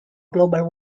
global